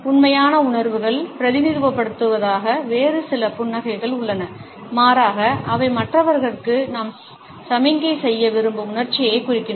உண்மையான உணர்வுகளை பிரதிநிதித்துவப்படுத்தாத வேறு சில புன்னகைகள் உள்ளன மாறாக அவை மற்றவர்களுக்கு நாம் சமிக்ஞை செய்ய விரும்பும் உணர்ச்சியைக் குறிக்கின்றன